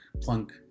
plunk